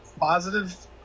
positive